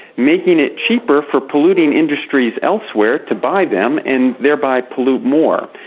making it cheaper for polluting industries elsewhere to buy them and thereby pollute more,